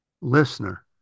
listener